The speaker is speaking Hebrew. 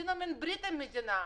עשינו מין ברית עם המדינה,